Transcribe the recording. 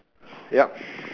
yup